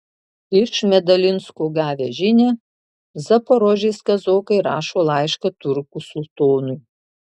iš medalinsko gavę žinią zaporožės kazokai rašo laišką turkų sultonui